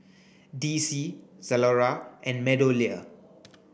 D C Zalora and MeadowLea